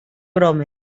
bromes